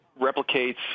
replicates